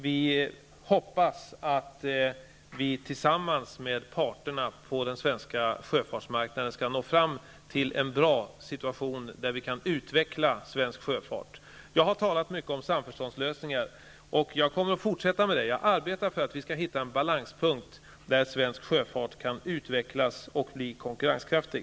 Vi hoppas att vi tillsammans med parterna på den svenska sjöfartsmarknaden skall nå fram till en bra situation, där vi kan utveckla svensk sjöfart. Jag har talat mycket om samförståndslösningar. Jag kommer att fortsätta med det. Jag arbetar för att vi skall hitta en balanspunkt, där svensk sjöfart kan utvecklas och bli konkurrenskraftig.